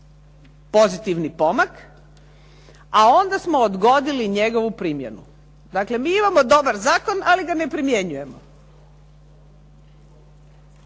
pozitivni pomak a onda smo odgodili njegovu primjenu. Dakle, mi imamo dobar zakon ali ga ne primjenjujemo.